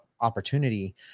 opportunity